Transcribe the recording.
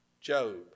Job